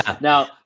now